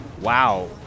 Wow